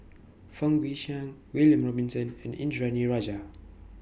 Fang Guixiang William Robinson and Indranee Rajah